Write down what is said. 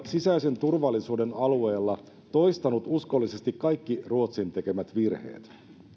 sisäisen turvallisuuden alueella toistanut uskollisesti kaikki ruotsin tekemät virheet